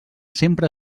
sempre